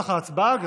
עם ההודעה האישית?